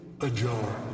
ajar